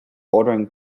ordering